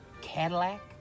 Cadillac